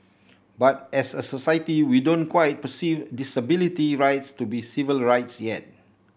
but as a society we don't quite perceive disability rights to be civil rights yet